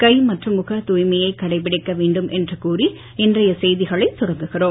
கை மற்றும் முகத் தூய்மையை கடைபிடிக்க வேண்டும் என்று கூறி இன்றைய செய்திகளை தொடங்குகிறோம்